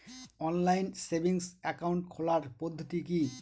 Online savings account খোলার পদ্ধতি কি?